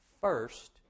first